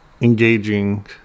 engaging